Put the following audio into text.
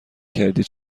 کردی